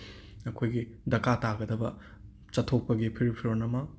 ꯑꯩꯈꯣꯏꯒꯤ ꯗꯀꯥ ꯇꯥꯒꯗꯕ ꯆꯠꯊꯣꯛꯄꯒꯤ ꯐꯨꯔꯤꯠ ꯐꯤꯔꯣꯜ ꯑꯃ